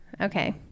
Okay